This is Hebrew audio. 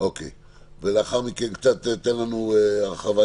טל פוקס,